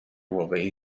واقعی